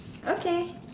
okay